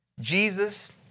Jesus